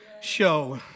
Show